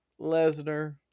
Lesnar